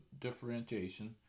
differentiation